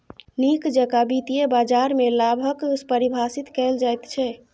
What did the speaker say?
नीक जेकां वित्तीय बाजारमे लाभ कऽ परिभाषित कैल जाइत छै